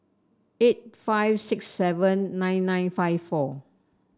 eight five six seven nine nine five four